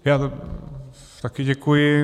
Já také děkuji.